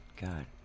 God